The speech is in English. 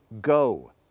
Go